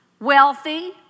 wealthy